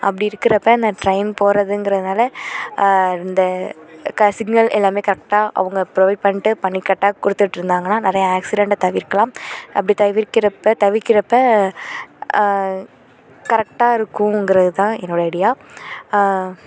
அப்படி இருக்கிறப்ப நான் ட்ரெயின் போறதுங்குறதுனால இந்த சிக்னல் எல்லாம் கரெக்டாக அவங்க ப்ரொவைட் பண்ணிட்டு பண்ணி கேட்டால் கொடுத்துட்ருந்தாங்கன்னா நிறையா ஆக்சிடென்ட்டை தவிர்க்கலாம் அப்படி தவிர்க்கிறப்போ தவிர்க்கிறப்போ கரெக்டாக இருக்குங்கிறது தான் என்னோட ஐடியா